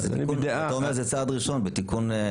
אבל זה תיקון, זה צעד ראשון בתיקון.